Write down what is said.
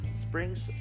springs